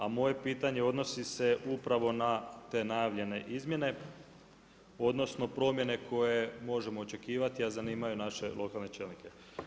A moje pitanje odnosi se upravo na te najavljene izmjene, odnosno promjene koje možemo očekivati a zanimaju naše lokalne čelnike.